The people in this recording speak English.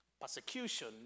persecution